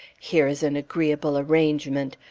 here is an agreeable arrangement!